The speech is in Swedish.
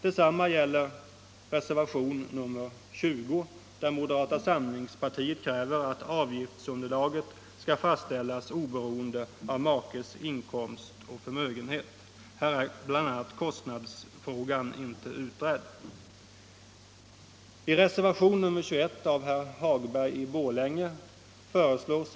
Detsamma gäller reservationen 20, där moderata samlingspartiet kräver att avgiftsunderlaget skall fastställas oberoende av makes inkomst och förmögenhet. Här är bl.a. kostnadsfrågan inte utredd.